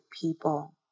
people